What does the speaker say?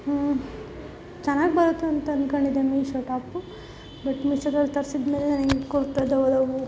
ಚೆನ್ನಾಗಿ ಬರುತ್ತಂತ ಅನ್ಕೊಂಡಿದ್ದೆ ಮೀಶೊ ಟಾಪು ಬಟ್ ಮೀಶೊದಲ್ಲಿ ತರಿಸಿದ್ಮೇಲೆ ನನಗೆ ಕುರ್ತಾದ ಒಲವು